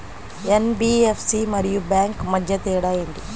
NBFC మరియు bank మధ్య తేడా ఏమిటి?